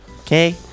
Okay